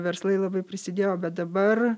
verslai labai prisidėjo bet dabar